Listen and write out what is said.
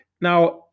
Now